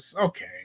okay